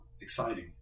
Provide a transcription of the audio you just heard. Exciting